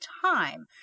time